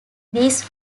these